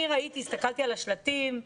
אני הסתכלתי על השלטים,